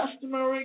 customer